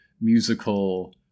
musical